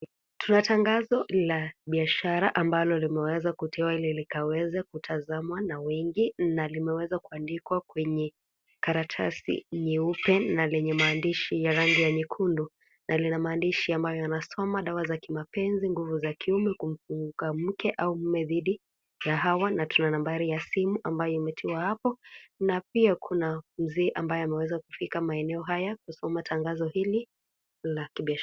Kuna tangazo la biashara ambalo limeweza kutiwa ili likaweze tazamwa na wengi, na limeweza kuandikwa kwenye karatasi nyeupe na yenye maandishi ya rangi ya nyekundu na lina maandishi ambayo yanasoma Dawa za mapenzi, nguvu za kiume, kumfunga mke au mume dhidi ya hawa na tuna nambari ya simu ambayo imetiwa hapo na pia kuna mzee ambaye ameweza kufika ili kusoma tangazo hili la kibiashara.